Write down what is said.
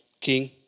king